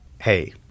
Hey